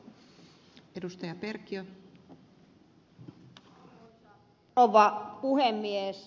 arvoisa rouva puhemies